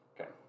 Okay